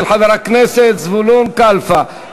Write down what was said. של חבר הכנסת זבולון כלפה,